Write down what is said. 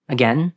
Again